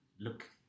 Look